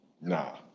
Nah